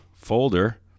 folder